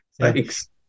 thanks